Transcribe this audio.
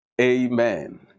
Amen